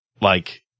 like-